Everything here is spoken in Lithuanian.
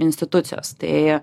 institucijos tai